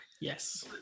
Yes